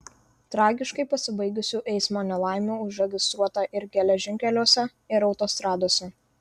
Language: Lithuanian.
tragiškai pasibaigusių eismo nelaimių užregistruota ir geležinkeliuose ir autostradose